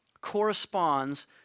corresponds